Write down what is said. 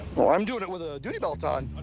well, i'm doing it with a duty belt on.